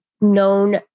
known